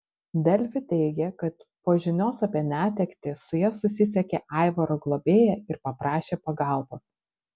delfi teigė kad po žinios apie netektį su ja susisiekė aivaro globėja ir paprašė pagalbos